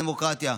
זו דמוקרטיה,